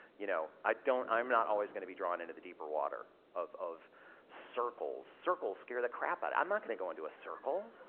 you know, i don't, i'm not always gonna be drawn into the deeper water of, of circles. circles scare the crap out of, i'm not gonna go into a circle.